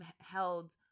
held